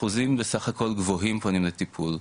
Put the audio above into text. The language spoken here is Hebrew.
אחוזים בסך הכול גבוהים, פונים לטיפול.